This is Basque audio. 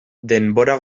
denbora